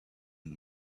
and